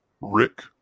Rick